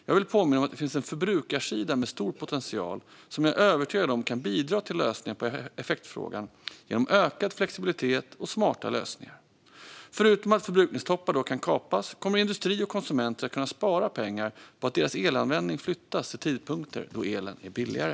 Jag vill påminna om att det finns en förbrukarsida med stor potential som jag är övertygad om kan bidra till lösningen på effektfrågan genom ökad flexibilitet och smarta lösningar. Förutom att förbrukningstoppar då kan kapas kommer industri och konsumenter att kunna spara pengar på att deras elanvändning flyttas till tidpunkter då elen är billigare.